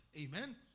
Amen